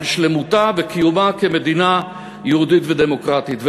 שלמותה וקיומה כמדינה יהודית ודמוקרטית.